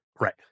Right